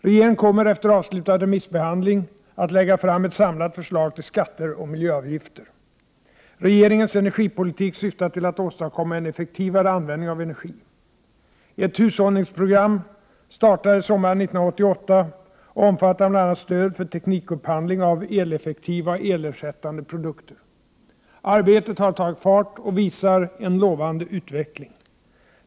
Regeringen kommer, efter avslutad remissbehandling, att lägga fram ett samlat förslag till skatter och miljöavgifter. Regeringens energipolitik syftar till att åstadkomma en effektivare användning av energi. Ett hushållningsprogram startades sommaren 1988, och omfattar bl.a. stöd för teknikupphandling av eleffektiva och elersättande produkter. Arbetet har tagit fart och visar en lovande utveckling.